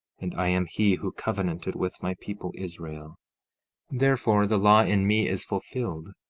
and i am he who covenanted with my people israel therefore, the law in me is fulfilled,